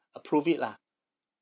approve it lah